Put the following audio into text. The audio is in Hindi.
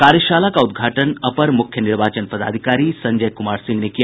कार्यशाला का उद्घाटन अपर मुख्य निर्वाचन पदाधिकारी संजय कुमार सिंह ने किया